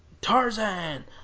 Tarzan